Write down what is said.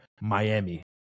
Miami